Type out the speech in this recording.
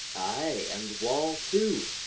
ay, and wall too.